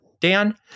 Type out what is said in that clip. Dan